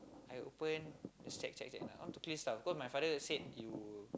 I open check check check I want to clear stuff cause my father said you